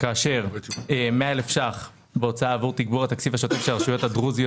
כאשר 100 אלף שקלים בהוצאה עבור תגבור התקציב השוטף של הרשויות הדרוזיות